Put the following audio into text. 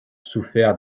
souffert